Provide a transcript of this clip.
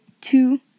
two